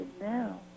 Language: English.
now